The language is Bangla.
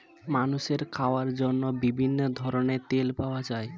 মানুষের খাওয়ার জন্য বিভিন্ন ধরনের তেল পাওয়া যায়